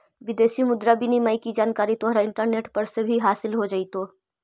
विदेशी मुद्रा विनिमय की जानकारी तोहरा इंटरनेट पर से भी हासील हो जाइतो